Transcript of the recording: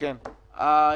היושב-ראש,